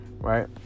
Right